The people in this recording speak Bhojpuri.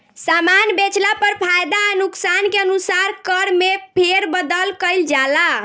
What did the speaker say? सामान बेचला पर फायदा आ नुकसान के अनुसार कर में फेरबदल कईल जाला